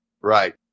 Right